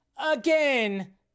again